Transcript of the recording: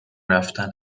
رفتن